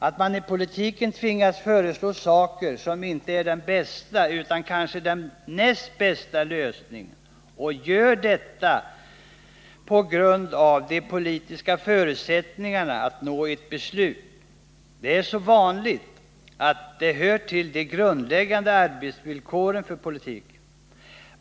Att mani politiken tvingas föreslå sådant som är inte den bästa utan kanske den nästa bästa lösningen — och gör detta på grund av de politiska förutsättningarna för att nå ett beslut — är så vanligt att det hör till de grundläggande arbetsvillkoren inom politiken.